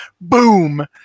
Boom